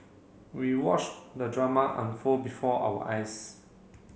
we watched the drama unfold before our eyes